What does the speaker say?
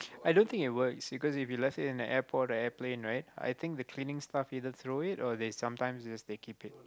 i don't think it works because if you left it in the airport or airplane right I think the cleaning staff either throw it or they sometimes yes they keep it